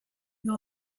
you